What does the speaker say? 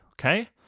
Okay